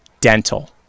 dental